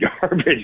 garbage